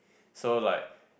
so like